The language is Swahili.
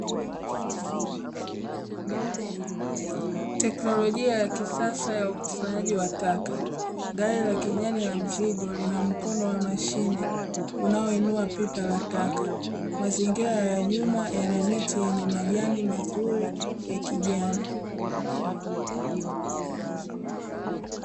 Teknolojia ya kisasa ya ukusanyaji wa taka. Gari la kijani la mzigo lina mkono wa mashine unaoinua pipa la taka. Mazingira ya nyuma yana miti yenye majani mazuri ya kijani.